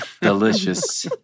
delicious